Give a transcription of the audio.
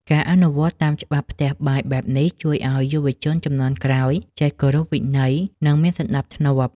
ការអនុវត្តតាមច្បាប់ផ្ទះបាយបែបនេះជួយឱ្យយុវជនជំនាន់ក្រោយចេះគោរពវិន័យ និងមានសណ្តាប់ធ្នាប់។